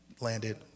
Landed